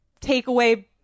takeaway